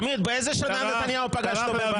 עמית, באיזה שנה נתניהו פגש אותו בבלפור?